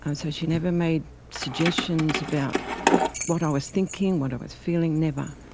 um so she never made suggestions about what i was thinking, what i was feeling, never.